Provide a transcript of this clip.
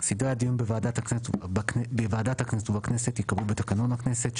סדרי הדיון בוועדת הכנסת ובכנסת ייקבעו בתקנון הכנסת.